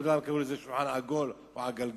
אני לא יודע אם קראו לזה שולחן עגול או עגלגל,